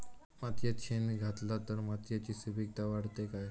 मातयेत शेण घातला तर मातयेची सुपीकता वाढते काय?